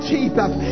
Jesus